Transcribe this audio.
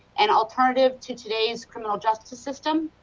and alternative to today's criminal justice system.